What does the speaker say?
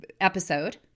episode